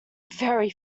very